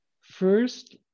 first